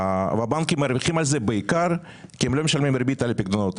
הבנקים מרוויחים על זה בעיקר כי הם לא משלמים ריבית על הפקדונות.